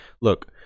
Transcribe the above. Look